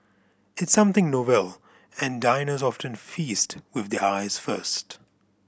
it's something novel and diners often feast with their eyes first